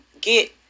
get